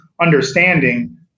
understanding